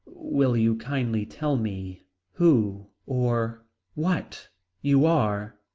will you kindly tell me who or what you are?